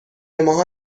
ماها